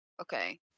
Okay